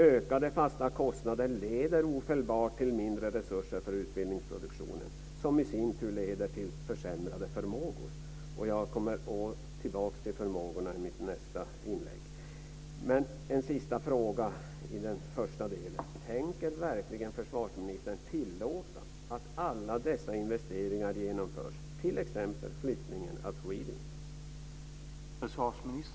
Ökade fasta kostnader leder ofelbart till mindre resurser till utbildningsproduktion, som i sin tur leder till försämrade förmågor. Jag kommer tillbaka till förmågorna i mitt nästa inlägg. En sista fråga i den första delen: Tänker verkligen försvarsministern tillåta att alla dessa investeringar genomförs, t.ex. flyttningen av SWEDINT?